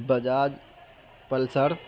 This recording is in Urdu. بجاج پلسر